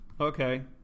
okay